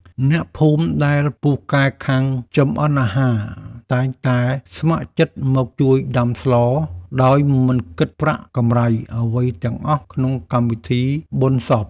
អ្នកភូមិដែលពូកែខាងចម្អិនអាហារតែងតែស្ម័គ្រចិត្តមកជួយដាំស្ល ដោយមិនគិតប្រាក់កម្រៃអ្វីទាំងអស់ក្នុងកម្មវិធីបុណ្យសព។